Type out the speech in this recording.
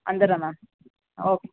வந்துடுறேன் ma'am okay